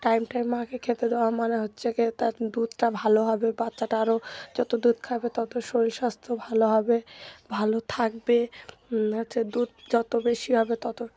time time মাকে খেতে দেওয়া মানে হচ্ছে কী তার দুধটা ভালো হবে বাচ্চাটা আরও যত দুধ খাবে তত শরীর স্বাস্থ্য ভালো হবে ভালো থাকবে হচ্ছে দুধ যত বেশি হবে তত